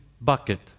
bucket